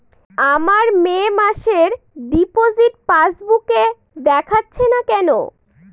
আমার মে মাসের ডিপোজিট পাসবুকে দেখাচ্ছে না কেন?